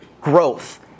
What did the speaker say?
growth